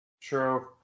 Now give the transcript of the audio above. True